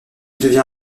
devient